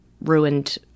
ruined